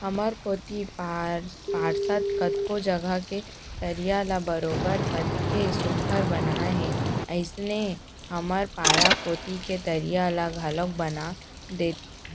हमर कोती पार्षद कतको जघा के तरिया ल बरोबर कतेक सुग्घर बनाए हे अइसने हमर पारा कोती के तरिया ल घलौक बना